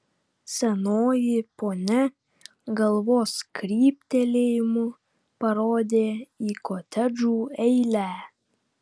senoji ponia galvos kryptelėjimu parodė į kotedžų eilę